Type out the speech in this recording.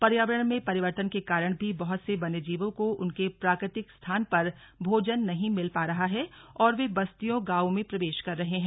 पर्यावरण में परिवर्तन के कारण भी बहुत से वन्य जीवों को उनके प्राकृतिक स्थान पर भोजन नहीं मिल पा रहा है और वे बस्तियों गावों में प्रवेश कर रहे हैं